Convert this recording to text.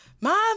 mom